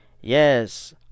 Yes